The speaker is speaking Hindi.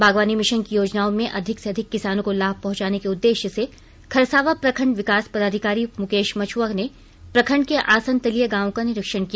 बागवानी मिशन की योजनाओं में अधिक से अधिक किसानों को लाभ पहंचाने के उद्देश्य से खरसावां प्रखंड विकास पदाधिकारी मुकेश मछ्आ ने प्रखंड के आसनतलिया गांव का निरीक्षण किया